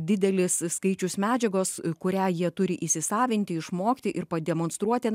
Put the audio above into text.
didelis skaičius medžiagos kurią jie turi įsisavinti išmokti ir pademonstruoti